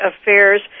Affairs